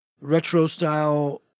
retro-style